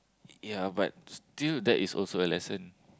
ya but still that is also a lesson